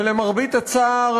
ולמרבה הצער,